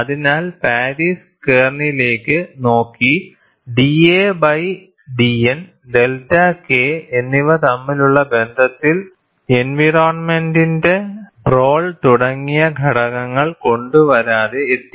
അതിനാൽ പാരിസ് കേർണലിലേക്ക് നോക്കി da by dN delta K എന്നിവ തമ്മിലുള്ള ബന്ധത്തിൽ എൻവയറോണ്മെന്റിന്റെ റോൾ തുടങ്ങിയ ഘടകങ്ങൾ കൊണ്ടുവരാതെ എത്തി